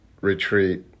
retreat